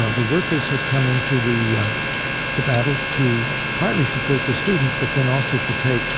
ah the workers had come into the um the battle to partly support the students but then also to take